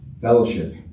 Fellowship